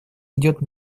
идет